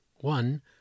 one